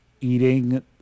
eating